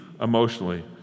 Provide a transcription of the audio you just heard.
emotionally